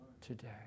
today